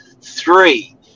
Three